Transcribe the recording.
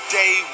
day